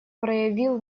проявил